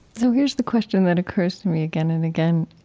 so here's the question that occurs to me again and again.